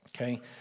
Okay